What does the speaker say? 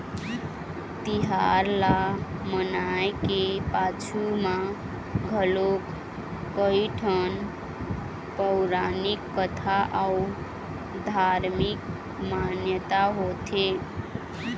तिहार ल मनाए के पाछू म घलोक कइठन पउरानिक कथा अउ धारमिक मान्यता होथे